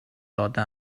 داده